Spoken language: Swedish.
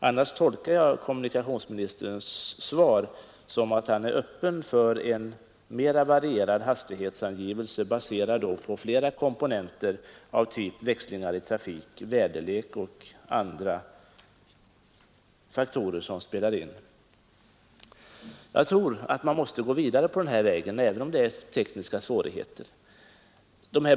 Jag tolkar annars kommunikationsministerns svar på det sättet att han är öppen för en mera varierad hastighetsangivelse baserad på flera komponenter av typ växlingar i trafik, väderlek och andra faktorer som spelar in. Man måste gå vidare på den vägen även om det innebär tekniska svårigheter.